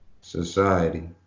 Society